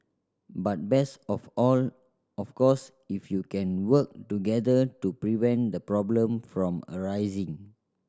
but best of all of course if you can work together to prevent the problem from arising